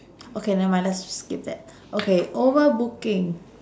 okay never mind let's skip that okay over booking